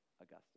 Augustus